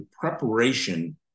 preparation